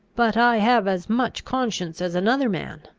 but i have as much conscience as another man.